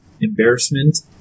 embarrassment